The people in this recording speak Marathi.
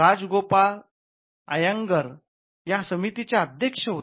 राजगोपाल अय्यंगार त्या समितीचे अध्यक्ष होते